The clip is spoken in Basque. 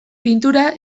pintura